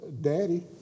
daddy